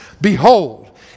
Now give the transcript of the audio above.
behold